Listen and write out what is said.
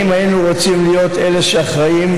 האם היינו רוצים להיות אלה שאחראים